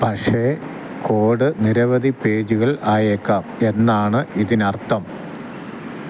പക്ഷേ കോഡ് നിരവധി പേജുകള് ആയേക്കാം എന്നാണ് ഇതിനർത്ഥം